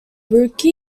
burke